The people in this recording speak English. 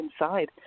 inside